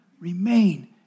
Remain